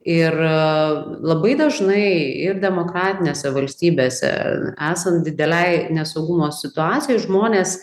ir labai dažnai ir demokratinėse valstybėse esant didelei nesaugumo situacijai žmonės